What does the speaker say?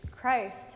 Christ